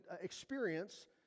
experience